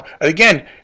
again